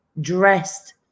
dressed